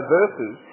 verses